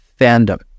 fandom